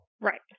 right